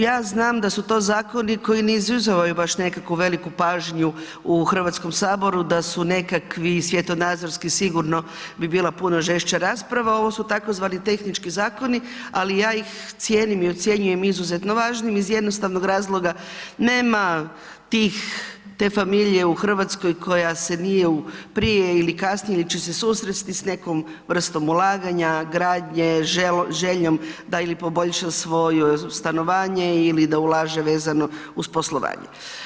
Ja znam da su to zakoni koji ne izazivaju baš nekakvu veliku pažnju u Hrvatskom saboru, da su nekakvi svjetonazorski, sigurno bi bila puno žešća rasprava, ovo su tzv. tehnički zakoni ali ja ih cijenim i ocjenjujem izuzetno važnim iz jednostavnog razloga nema te familije u Hrvatskoj koja se nije prije ili kasnije ili će se susresti s nekom vrstom ulaganja, gradnje, željom da ili poboljša svoje stanovanje ili da ulaže vezano uz poslovanje.